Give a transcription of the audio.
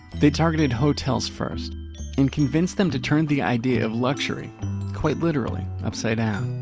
they targeted hotels first and convinced them to turn the idea of luxury quite literally, upside down.